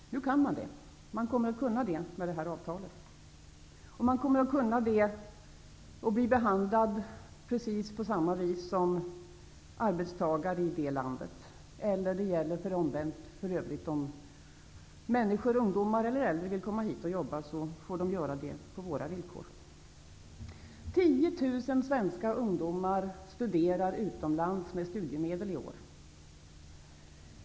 Med EES-avtalet kommer detta att bli möjligt. Man kommer att bli behandlad precis på samma sätt som andra arbetstagare i det land som man jobbar i. Detta gäller också omvänt, dvs. om ungdomar eller äldre vill komma hit till Sverige för att jobba så får de göra det på våra villkor. 10 000 svenska ungdomar studerar i år utomlands med hjälp av studiemedel.